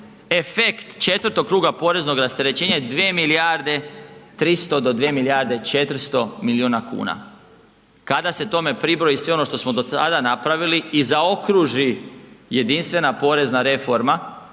efekt četvrtog kruga poreznog rasterećenja je 2 milijarde 300 do 2 milijarde 400 milijuna kuna, kada se tome pribroji sve ono što smo do tada napravili i zaokruži jedinstvena porezna reforma